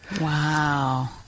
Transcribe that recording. Wow